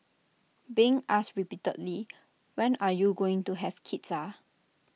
being asked repeatedly when are you going to have kids ah